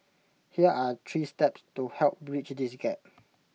here are three steps to help bridge this gap